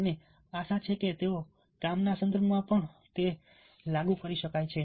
અને આશા છે કે તેઓ કામના સંદર્ભમાં લાગુ કરી શકાય છે